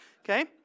okay